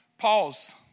Pause